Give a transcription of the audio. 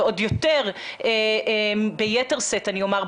ועוד יותר ביתר שאת אני אומר,